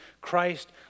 Christ